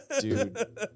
Dude